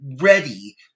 ready